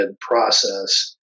process